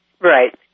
Right